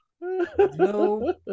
No